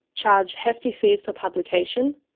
charge hefty fees for publication,